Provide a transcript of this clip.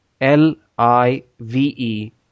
L-I-V-E